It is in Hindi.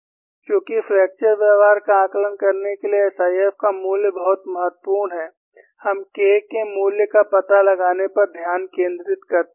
और चूंकि फ्रैक्चर व्यवहार का आकलन करने के लिए SIF का मूल्य बहुत महत्वपूर्ण है हम K के मूल्य का पता लगाने पर ध्यान केंद्रित करते हैं